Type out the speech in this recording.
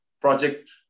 project